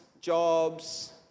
Jobs